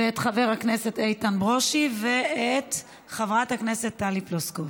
ואת חבר הכנסת איתן ברושי ואת חברת הכנסת טלי פלוסקוב